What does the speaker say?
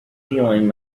feeling